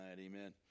amen